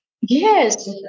Yes